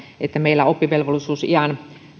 että meillä oppivelvollisuusiän